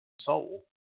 soul